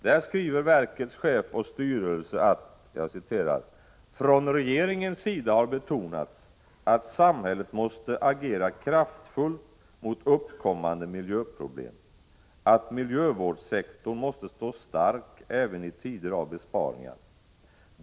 Där skriver verkets chef och styrelse att från regeringens sida har betonats att samhället måste agera kraftfullt mot uppkommande miljöproblem, att miljövårdssektorn måste stå stark även i tider av besparingar.